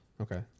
Okay